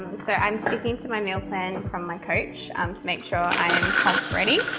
so i'm sticking to my meal plan from my coach um to make sure i'm ready.